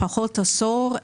לפחות עשור,